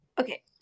Okay